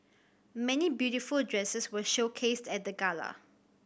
many beautiful dresses were showcased at the gala